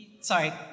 Sorry